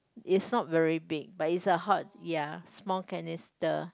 it's not very big but it's a hot ya small canister